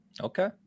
Okay